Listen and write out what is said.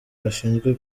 gashinzwe